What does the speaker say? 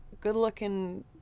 good-looking